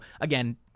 again